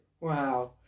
Wow